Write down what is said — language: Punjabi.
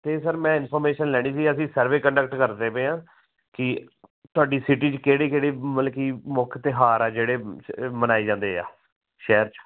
ਅਤੇ ਸਰ ਮੈਂ ਇੰਨਫੋਮੇਸ਼ਨ ਲੈਣੀ ਸੀ ਅਸੀਂ ਸਰਵੇ ਕੰਨਡਕਟ ਕਰਦੇ ਪਏ ਹਾਂ ਕੀ ਤੁਹਾਡੀ ਸਿਟੀ 'ਚ ਕਿਹੜੇ ਕਿਹੜੇ ਮਤਲਬ ਕੀ ਮੁੱਖ ਤਿਉਹਾਰ ਹੈ ਜਿਹੜੇ ਮਨਾਏ ਜਾਂਦੇ ਆ ਸ਼ਹਿਰ 'ਚ